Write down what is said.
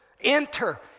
enter